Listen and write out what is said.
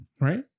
right